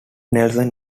nelson